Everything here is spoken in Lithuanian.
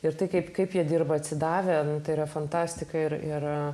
ir tai kaip kaip jie dirba atsidavę tai yra fantastika ir ir